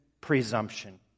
presumption